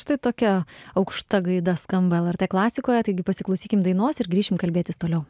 štai tokia aukšta gaida skamba lrt klasikoje taigi pasiklausykim dainos ir grįšim kalbėtis toliau